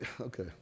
okay